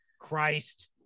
Christ